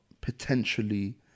potentially